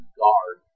guard